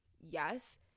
Yes